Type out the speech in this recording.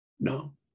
No